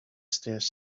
stairs